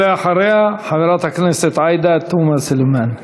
ואחריה, חברת הכנסת עאידה תומא סלימאן.